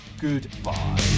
Goodbye